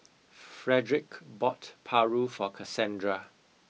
Fredric bought Paru for Cassandra